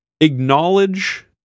acknowledge